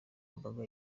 mbaga